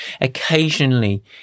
occasionally